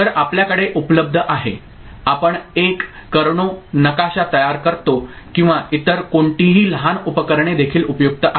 तर आपल्याकडे उपलब्ध आहे आपण एक कर्णो नकाशा तयार करतो किंवा इतर कोणतीही लहान उपकरणे देखील उपयुक्त आहेत